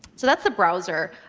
so that's the browser.